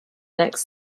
next